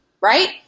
right